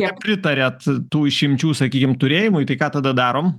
nepritariat tų išimčių sakykim turėjimui tai ką tada darom